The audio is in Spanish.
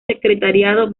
secretariado